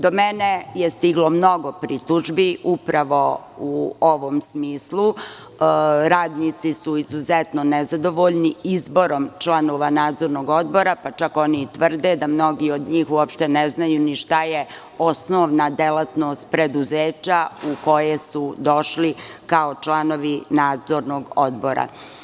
Do mene je stiglo mnogo pritužbi upravo u ovom smislu, radnici su izuzetno nezadovoljni izborom članova nadzornog odbora, pa čak oni tvrda da mnogi od njih uopšte ne znaju ni šta je osnovna delatnost preduzeća u koje su došli, kao članovi nadzornog odbora.